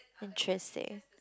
interesting